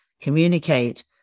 communicate